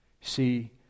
See